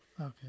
Okay